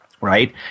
right